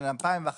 בין 2009